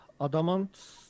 Adamant